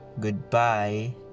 goodbye